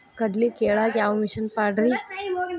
ಕಡ್ಲಿ ಕೇಳಾಕ ಯಾವ ಮಿಷನ್ ಪಾಡ್ರಿ?